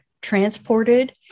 transported